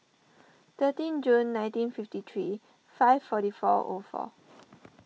thirteen June nineteen fifty three five forty four O four